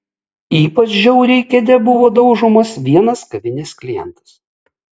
ypač žiauriai kėde buvo daužomas vienas kavinės klientas